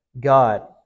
God